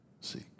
seek